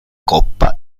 coppa